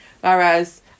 whereas